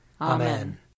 Amen